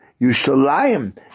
Yushalayim